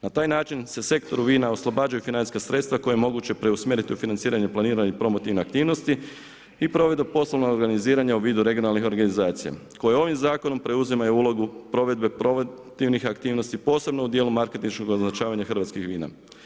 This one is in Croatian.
Na taj način se sektoru vina oslobađaju financijska sredstva koja je moguće preusmjeriti u financirane promotivne aktivnosti i provedbom poslovnog organiziranja u vidu regionalnih organizacija koja ovim zakonom preuzimaju ulogu provedbe promotivnih aktivnosti posebno u djelu marketinškog označavanja hrvatskih vina.